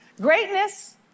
Greatness